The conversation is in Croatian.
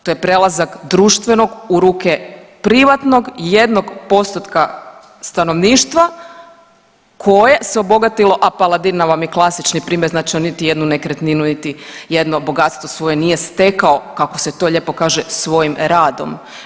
To je prelazak društvenog u ruke privatnog jednog postotka stanovništva koje se obogatilo, a Paladino vam je klasični primjer znači on niti jednu nekretninu, niti jedno bogatstvo svoje nije stekao kako se to lijepo kaže svojim radom.